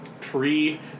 pre